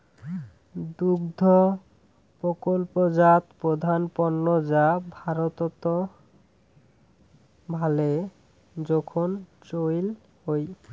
দুগ্ধ প্রকল্পজাত প্রধান পণ্য যা ভারতত ভালে জোখন চইল হই